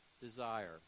desire